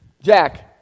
Jack